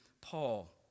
Paul